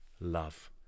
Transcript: love